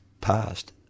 past